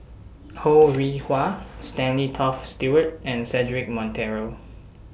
Ho Rih Hwa Stanley Toft Stewart and Cedric Monteiro